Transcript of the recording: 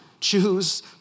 Choose